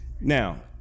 Now